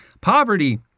poverty